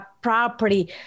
property